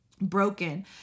broken